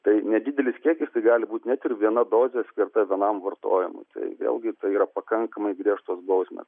tai nedidelis kiekis tai gali būt net ir viena dozė skirta vienam vartojimu tai vėlgi tai yra pakankamai griežtos bausmės